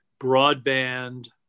broadband